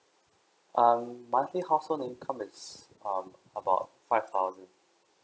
um monthly household income it's um about five thousand